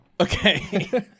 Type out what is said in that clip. Okay